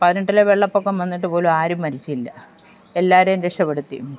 പതിനെട്ടിലെ വെള്ളപൊക്കം വന്നിട്ടു പോലും ആരും മരിച്ചില്ല എല്ലാവരെയും രക്ഷപ്പെടുത്തി